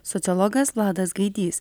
sociologas vladas gaidys